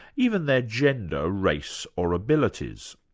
even their gender, race or abilities.